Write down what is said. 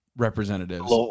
representatives